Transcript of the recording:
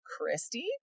Christy